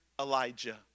Elijah